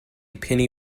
penny